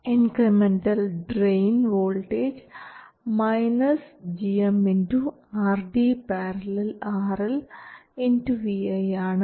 incremental drain voltage gm RD ║ RL vi ആണ്